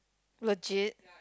legit